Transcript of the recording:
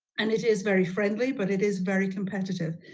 and it is very friendly, but it is very competitive.